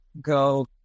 go